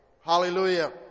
Hallelujah